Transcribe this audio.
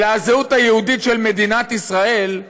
אלא הזהות היהודית של מדינת ישראל,